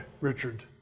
Richard